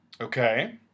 Okay